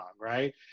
Right